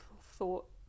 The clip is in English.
thought